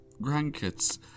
grandkids